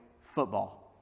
football